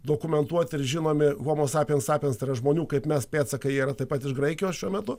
dokumentuoti ir žinomi homo sapiens sapiens tai yra žmonių kaip mes pėdsakai yra taip pat iš graikijos šiuo metu